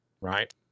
Right